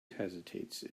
hesitates